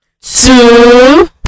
two